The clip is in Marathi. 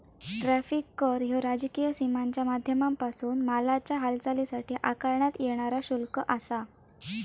टॅरिफ कर ह्यो राजकीय सीमांच्या माध्यमांपासून मालाच्या हालचालीसाठी आकारण्यात येणारा शुल्क आसा